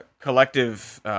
collective